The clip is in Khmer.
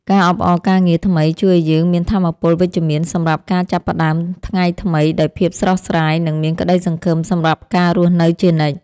ការអបអរការងារថ្មីជួយឱ្យយើងមានថាមពលវិជ្ជមានសម្រាប់ការចាប់ផ្ដើមថ្ងៃថ្មីដោយភាពស្រស់ស្រាយនិងមានក្ដីសង្ឃឹមសម្រាប់ការរស់នៅជានិច្ច។